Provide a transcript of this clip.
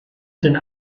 sind